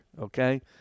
okay